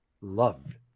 loved